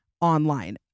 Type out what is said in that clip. online